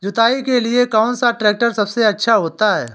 जुताई के लिए कौन सा ट्रैक्टर सबसे अच्छा होता है?